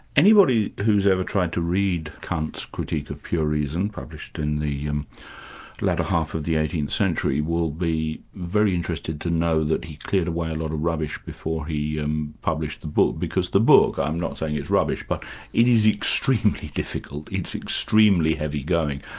anybody who's ever tried to read kant's critique of pure reason, published in the um latter half of the eighteenth century, will be very interested to know that he cleared away a lot of rubbish before he um published the book, because the book, i'm not saying it's rubbish, but it is extremely difficult, it's extremely heavy going.